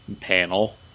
Panel